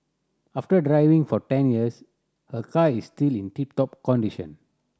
after driving for ten years her car is still in tip top condition